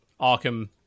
Arkham